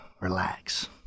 relax